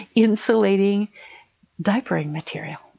insulating diapering material.